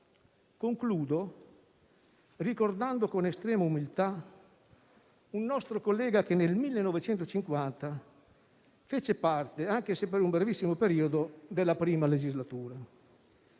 Concludo, ricordando con estrema umiltà un nostro collega che nel 1950 fece parte - anche se per un brevissimo periodo - della prima legislatura: